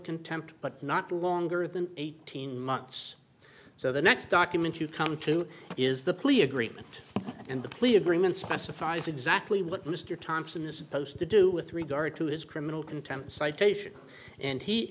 contempt but not longer than eighteen months so the next document you come to is the plea agreement and the plea agreement specifies exactly what mr thompson is supposed to do with regard to his criminal contempt citation and he